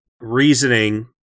reasoning